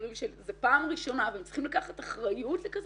זאת פעם ראשונה והם צריכים לקחת אחריות לדבר כזה